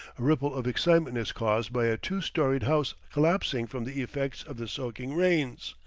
a ripple of excitement is caused by a two-storied house collapsing from the effects of the soaking rains,